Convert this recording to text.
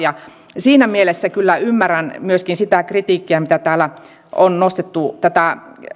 siinä mielessä kyllä ymmärrän myöskin sitä kritiikkiä mitä täällä on nostettu tätä